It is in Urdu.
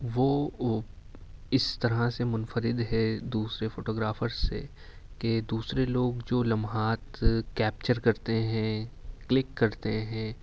وہ اس طرح سے منفرد ہے دوسرے فوٹو گرافرز سے کہ دوسرے لوگ جو لمحات کیپچر کرتے ہیں کلک کرتے ہیں